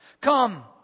Come